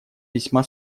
весьма